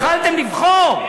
יכולתם לבחור.